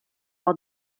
all